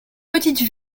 petite